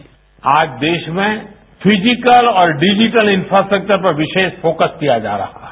sound bite आज देश में फिजिकल और डिजिटल इन्फ्रास्ट्रक्चर पर विशेष फोकस किया जा रहा है